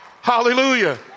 Hallelujah